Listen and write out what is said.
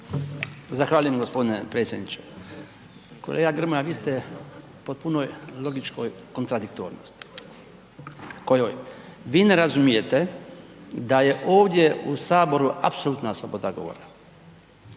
Zahvaljujem g. predsjedniče. Kolega Grmoja, vi ste u potpunoj logičkoj kontradiktornosti, kojoj? Vi ne razumijete da je ovdje u HS apsolutna sloboda govora,